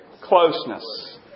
Closeness